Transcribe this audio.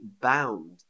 bound